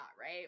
right